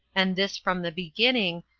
and this from the beginning,